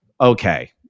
Okay